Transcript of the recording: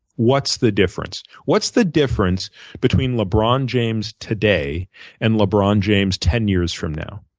what's the difference? what's the difference between lebron james today and lebron james ten years from now?